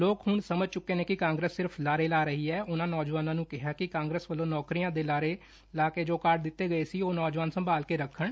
ਲੋਕ ਹੁਣ ਸਮਝ ਚੁੱਕੇ ਨੇ ਕਿ ਕਾਂਗਰਸ ਸਿਰਫ ਲਾਰੇ ਲਾ ਰਹੀ ਹੈ ਉਹਨਾਂ ਨੌਜਵਾਨਾਂ ਨੂੰ ਕਿਹਾ ਕਿ ਕਾਂਗਰਸ ਵਲੋਂ ਨੋਕਰੀਆਂ ਦੇ ਲਾਰੇ ਲਾ ਕੇ ਜੋ ਕਾਰਡ ਦਿੱਤੇ ਗਏ ਸੀ ਉਹ ਨੌਜਵਾਨ ਸੰਭਾਲ ਕੈ ਰੱਖਣ